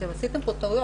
עשיתם פה טעויות,